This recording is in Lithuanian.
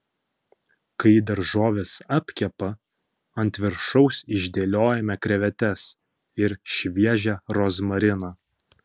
kai daržovės apkepa ant viršaus išdėliojame krevetes ir šviežią rozmariną